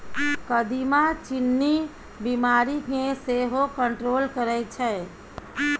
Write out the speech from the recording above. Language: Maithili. कदीमा चीन्नी बीमारी केँ सेहो कंट्रोल करय छै